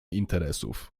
interesów